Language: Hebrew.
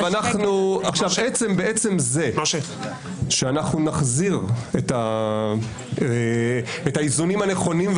בעצם זה שנחזיר את האיזונים הנכונים,